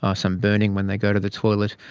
ah some burning when they go to the toilet,